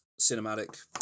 cinematic